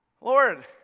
Lord